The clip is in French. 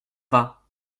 vas